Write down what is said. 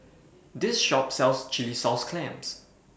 This Shop sells Chilli Sauce Clams